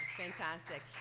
Fantastic